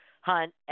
hunt